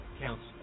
counts